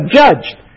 judged